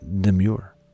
Demure